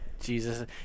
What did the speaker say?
Jesus